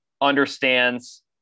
understands